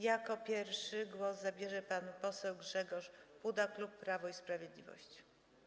Jako pierwszy głos zabierze pan poseł Grzegorz Puda, klub Prawo i Sprawiedliwość.